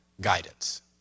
guidance